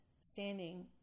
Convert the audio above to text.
standing